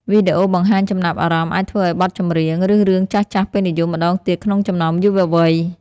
វីដេអូបង្ហាញចំណាប់អារម្មណ៍អាចធ្វើឱ្យបទចម្រៀង ឬរឿងចាស់ៗពេញនិយមម្តងទៀតក្នុងចំណោមយុវវ័យ។